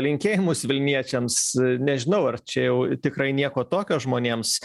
linkėjimus vilniečiams nežinau ar čia jau tikrai nieko tokio žmonėms